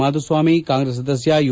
ಮಾಧುಸ್ವಾಮಿ ಕಾಂಗ್ರೆಸ್ ಸದಸ್ಯ ಯು